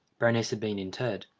berenice had been interred.